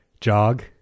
Jog